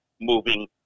moving